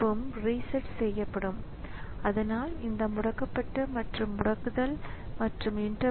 இந்த ப்ரோக்ராமின் நோக்கம் இந்த கணினி அமைப்புடன் இணைக்கப்பட்ட டிஸ்க்கை லோட் செய்வதாகும்